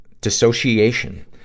Dissociation